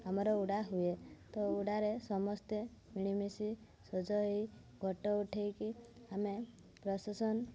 ଆମର ଉଡ଼ା ହୁଏ ତ ଉଡ଼ାରେ ସମସ୍ତେ ମିଳିମିଶି ସଜ ହେଇ ଫଟୋ ଉଠାଇକି ଆମେ ପ୍ରୋଶେସନ୍